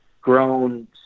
grown